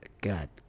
god